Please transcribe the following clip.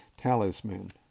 Talisman